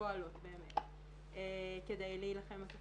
ביותר כדי להטמיע נושאים מורכבים ורגישים אצל בני נוער.